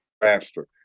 faster